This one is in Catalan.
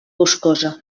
boscosa